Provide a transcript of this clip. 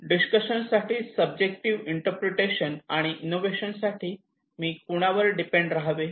discussion साठी subjective interpretation आणि innovation साठी मी कोणावर डिपेंड रहावे